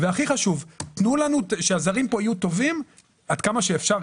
והכי חשוב שהזרים פה יהיו טובים עד כמה שאפשר,